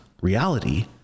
reality